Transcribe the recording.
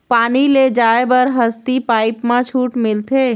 पानी ले जाय बर हसती पाइप मा छूट मिलथे?